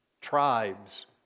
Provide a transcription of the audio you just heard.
tribes